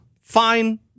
fine